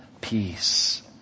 peace